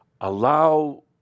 allow